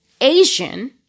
Asian